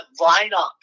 lineup